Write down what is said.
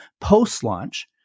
post-launch